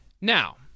Now